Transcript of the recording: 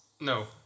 No